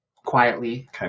quietly